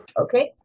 Okay